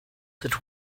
that